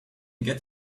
get